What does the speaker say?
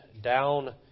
down